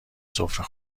سفره